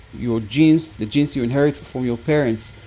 your genes, the genes you inherit from your parents,